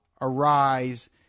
Arise